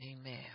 amen